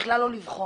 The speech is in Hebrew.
בכלל לא לבחון